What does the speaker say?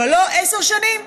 אבל לא עשר שנים,